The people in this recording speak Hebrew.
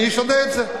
ואני אשנה את זה.